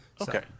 Okay